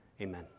amen